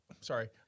sorry